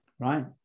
Right